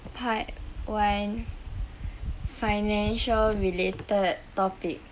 part one financial related topic